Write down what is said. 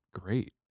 great